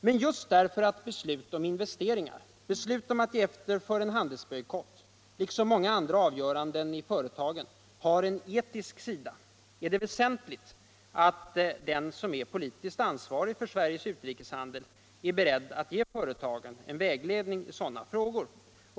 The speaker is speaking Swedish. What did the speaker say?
Men just därför att beslut om investeringar, beslut om att ge efter för en handelsbojkott, tiksom många andra avgöranden i företagen, har en etisk sida är det väsentligt att den som är poliuskt ansvarig för Sveriges utrikeshandel är beredd att ge företagen en vägledning i sådana frågor.